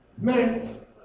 meant